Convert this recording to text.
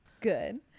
good